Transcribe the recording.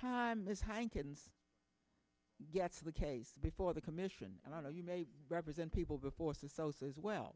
time this kind ins gets which case before the commission i don't know you may represent people before so says well